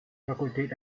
fakultät